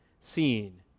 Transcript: seen